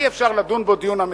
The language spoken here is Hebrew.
אי-אפשר לדון בהם דיון אמיתי,